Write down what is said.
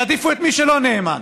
יעדיפו את מי שלא נאמן?